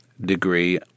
degree